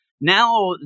now